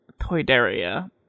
Toydaria